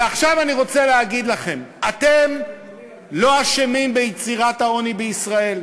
ועכשיו אני רוצה להגיד לכם: אתם לא אשמים ביצירת העוני בישראל,